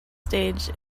stage